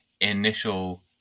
initial